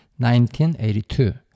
1982